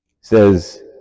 says